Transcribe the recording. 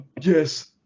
Yes